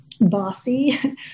bossy